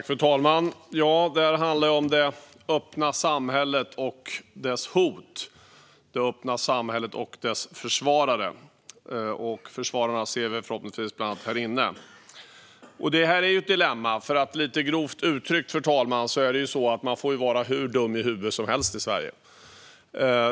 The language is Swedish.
Fru talman! Det handlar om det öppna samhället och hoten mot det, om det öppna samhället och de som försvarar det. Försvararna ser vi förhoppningsvis bland annat i den här kammaren. Det här är ett dilemma. Lite grovt uttryckt, fru talman, får man ju vara hur dum i huvudet som helst i Sverige.